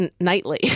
Nightly